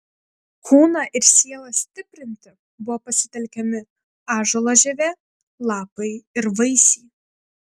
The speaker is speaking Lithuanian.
kūną ir sielą stiprinti buvo pasitelkiami ąžuolo žievė lapai ir vaisiai